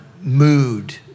mood